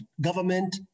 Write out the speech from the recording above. government